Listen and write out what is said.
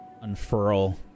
unfurl